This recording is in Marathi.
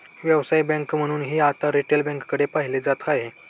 व्यावसायिक बँक म्हणूनही आता रिटेल बँकेकडे पाहिलं जात आहे